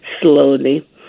slowly